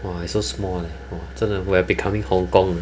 !wah! so small leh hor 真的 we're becoming hong-kong